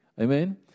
Amen